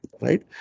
right